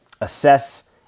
assess